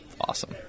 awesome